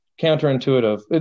counterintuitive